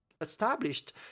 established